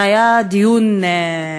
בעיני זה היה דיון מרתק.